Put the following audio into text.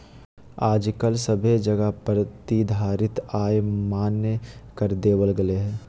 आजकल सभे जगह प्रतिधारित आय मान्य कर देवल गेलय हें